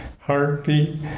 heartbeat